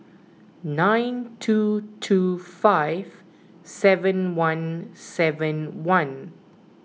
nine two two five seven one seven one